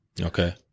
Okay